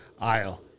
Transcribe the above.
aisle